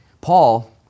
Paul